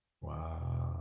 Wow